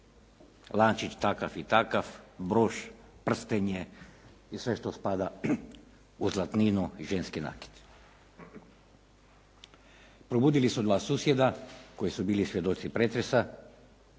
lančić takav i takav, broš, prstenje i sve što spada u zlatninu i ženski nakit. Probudili su dva susjeda koji su bili svjedoci pretresa